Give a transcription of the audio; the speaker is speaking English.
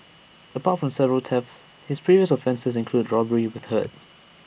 apart from several thefts his previous offences include robbery with hurt